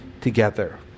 together